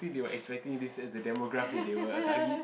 think they were expecting this as the demograph that they will target